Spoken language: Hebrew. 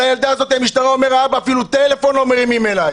על הילדה הזאת אומר האבא שהמשטרה אפילו טלפון לא מרימים אליו.